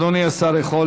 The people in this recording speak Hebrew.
אדוני השר יכול